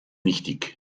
nichtig